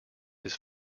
his